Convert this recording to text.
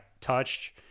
touched